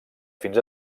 fins